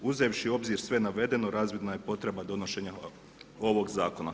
Uzevši u obzir sve navedeno, razvidna je potreba donošenja ovog zakona.